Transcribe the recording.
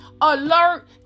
alert